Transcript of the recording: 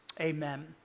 Amen